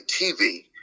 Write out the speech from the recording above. TV